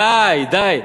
די, די.